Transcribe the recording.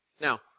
Now